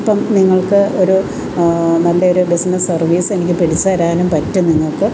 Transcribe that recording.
അപ്പം നിങ്ങൾക്ക് ഒരു നല്ല ഒരു ബിസിനസ് സർവീസ് എനിക്കു പിടിച്ചു തരാനും പറ്റും നിങ്ങൾക്ക്